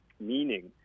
meaning